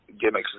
gimmicks